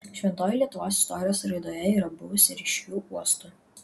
šventoji lietuvos istorijos raidoje yra buvusi ryškiu uostu